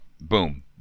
boom